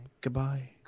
goodbye